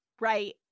Right